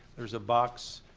there's a box,